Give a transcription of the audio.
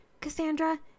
Cassandra